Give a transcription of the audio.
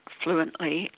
fluently